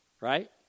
right